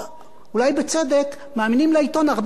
מאמינים לעיתון הרבה יותר משהם מאמינים לממשלה.